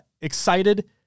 excited